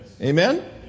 Amen